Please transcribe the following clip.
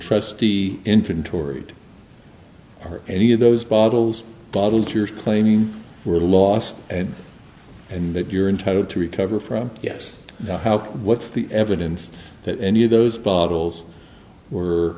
trustee intern tory or any of those bottles bottles you're claiming were lost and that you're entitled to recover from yes how what's the evidence that any of those bottles were